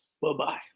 Bye-bye